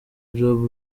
job